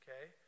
Okay